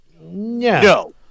no